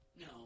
No